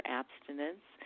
abstinence